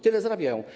Tyle zarabiają.